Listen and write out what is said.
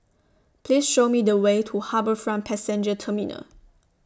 Please Show Me The Way to HarbourFront Passenger Terminal